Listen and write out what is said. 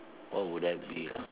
what would that be